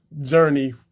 journey